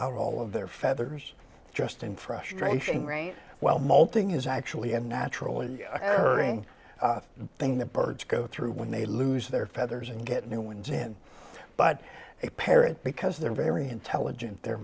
out all of their feathers just in frustration rain well molting is actually a naturally occurring thing the birds go through when they lose their feathers and get new ones in but a parrot because they're very intelligent their